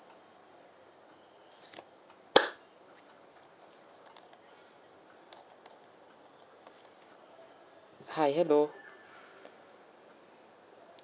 hi hello